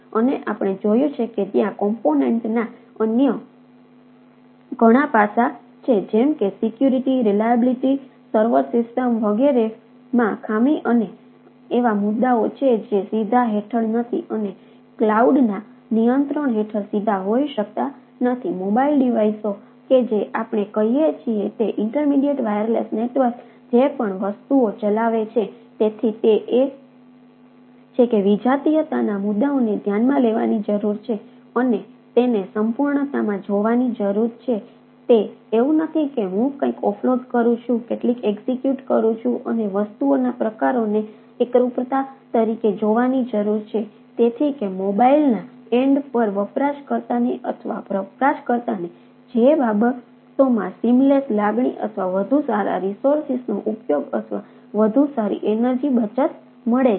અને આપણે જોયું છે કે ત્યાં કોમ્પોનેંટના લાગણી અથવા વધુ સારા રીસોર્સનો ઉપયોગ અથવા વધુ સારી એનર્જિ બચત મળે છે